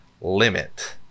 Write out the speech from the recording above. limit